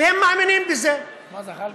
והם מאמינים בזה, זחאלקה.